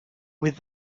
with